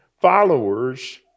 followers